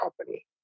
company